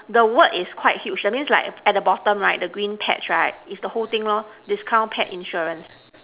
the word is quite huge that means like at the bottom right the green patch right is the whole thing loh discount pet insurance